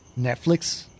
Netflix